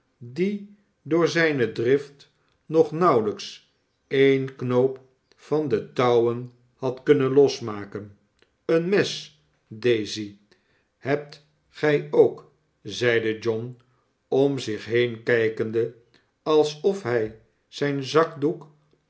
die door zijne drift nog nauwelijks een knoop van de touwen had kunnen losmaken jlen mes daisy hebt gij ook zeide john om zich heen kijkende alsof hij zijn zakdoek